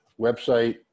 website